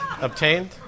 obtained